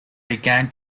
began